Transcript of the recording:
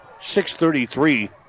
633